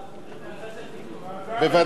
בוועדת חוץ וביטחון.